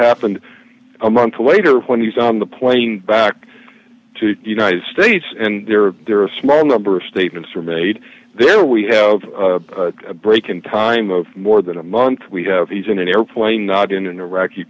happened a month later when he's on the plane back to the united states and there are a small number of statements are made there we have a break in time of more than a month we have he's in an airplane not in an iraqi